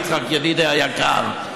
יצחק ידידי היקר,